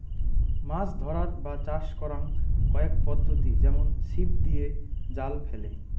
মাছ ধরার বা চাষ করাং কয়েক পদ্ধতি যেমন ছিপ দিয়ে, জাল ফেলে